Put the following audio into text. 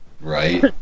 right